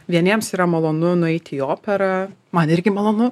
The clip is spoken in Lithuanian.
vieniems yra malonu nueiti į operą man irgi malonu